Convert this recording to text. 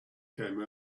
came